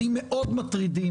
זו אמירה פוזיטיבית,